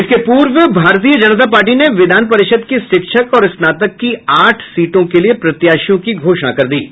इसके पूर्व भारतीय जनता पार्टी ने विधान परिषद की शिक्षक और स्नातक की आठ सीटों के प्रत्याशियों की घोषणा कर दी है